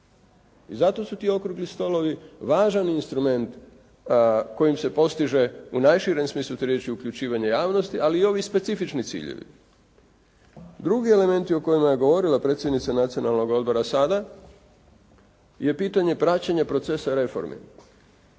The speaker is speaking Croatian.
I zato su ti okrugli stolovi važan instrument kojim se postiže u najširem smislu te riječi uključivanje javnosti, ali i ovi specifični ciljevi. Drugi elementi o kojima je govorila predsjednica Nacionalnog odbora sada je pitanje praćenja procesa reformi.